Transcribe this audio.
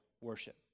worship